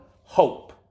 hope